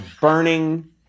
burning